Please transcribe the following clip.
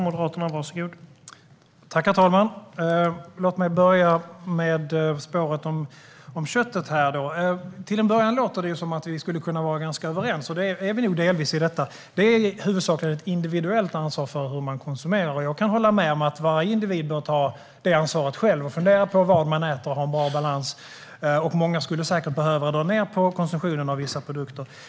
Herr talman! Låt mig börja med spåret om köttet. Till en början låter det som att vi skulle kunna vara ganska överens. Det är vi nog delvis i detta. Det är huvudsakligen ett individuellt ansvar hur man konsumerar. Jag kan hålla med om att varje individ bör ta det ansvaret själv och fundera på vad man äter och ha en bra balans. Många skulle säkert behöva dra ned på konsumtionen av vissa produkter.